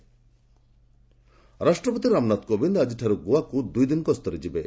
ପ୍ରେଜ୍ ଗୋଆ ରାଷ୍ଟ୍ରପତି ରାମନାଥ କୋବିନ୍ଦ ଆଜିଠାରୁ ଗୋଆକୁ ଦୁଇ ଦିନ ଗସ୍ତରେ ଯିବେ